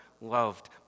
loved